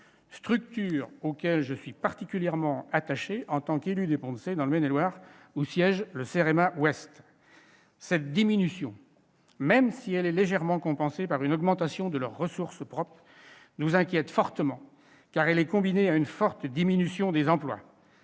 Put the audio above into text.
structure à laquelle je suis particulièrement attaché en tant qu'élu des Ponts-de-Cé, dans le Maine-et-Loire, où siège le CEREMA Ouest. Cette diminution, même si elle est légèrement compensée par une augmentation de ses ressources propres, nous inquiète fortement, car elle est combinée à une forte diminution des emplois.